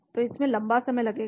तो इसमें लंबा समय लगेगा